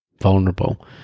vulnerable